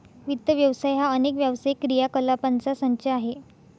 वित्त व्यवसाय हा अनेक व्यावसायिक क्रियाकलापांचा संच आहे